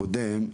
הקודם,